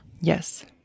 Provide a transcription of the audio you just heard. Yes